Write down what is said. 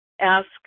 ask